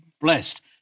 blessed